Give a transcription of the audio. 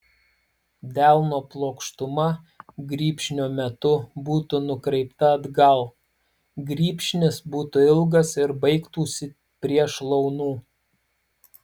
delno plokštuma grybšnio metu būtų nukreipta atgal grybšnis būtų ilgas ir baigtųsi prie šlaunų